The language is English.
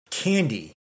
candy